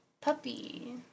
Puppy